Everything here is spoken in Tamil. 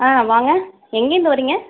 ஆ வாங்க எங்கேயிருந்து வரீங்க